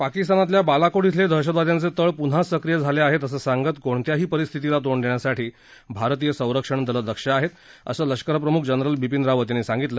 पाकिस्तनातल्या बालाकोट इथले दहशतवाद्यांचे तळ प्न्हा सक्रिय झाले आहेत असं सांगत कोणत्याही परिस्थितीला तोंड देण्यासाठी भारतीय संरक्षण दलं दक्ष आहेत असं लष्करप्रम्ख जनरल बिपीन रावत यांनी सांगितलं